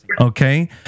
Okay